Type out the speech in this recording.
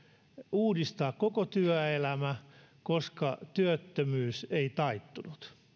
uudistaa koko työelämä koska työttömyys ei taittunut